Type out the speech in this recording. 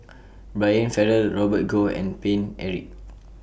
Brian Farrell Robert Goh and Paine Eric